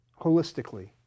holistically